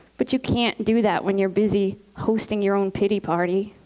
but you can't do that when you're busy hosting your own pity party.